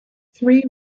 three